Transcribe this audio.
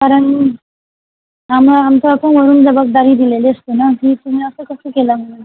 कारण आम्हा आमच्यावर पण वरून जबाबदारी दिलेली असते ना की तुम्ही असं कसं केलं म्हणून